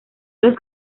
los